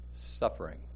suffering